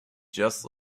just